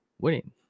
winning